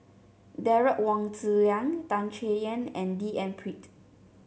Derek Wong Zi Liang Tan Chay Yan and D N Pritt